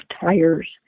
tires